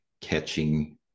catching